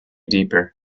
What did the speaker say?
deeper